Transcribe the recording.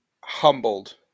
humbled